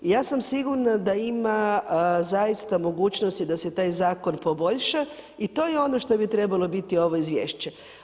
Ja sam sigurna da ima zaista mogućnosti da se taj zakon poboljša i to je ono što bi trebalo biti ovo izvješće.